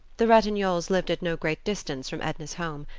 the ratignolles lived at no great distance from edna's home,